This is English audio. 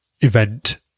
event